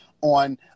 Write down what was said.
on